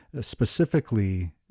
specifically